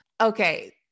Okay